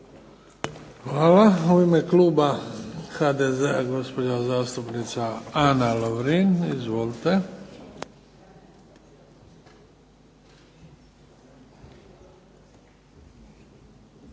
Hvala. U ime kluba HDZ-a, gospođa zastupnica Ana Lovrin. Izvolite.